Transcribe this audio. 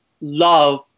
love